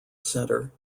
center